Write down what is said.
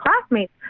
classmates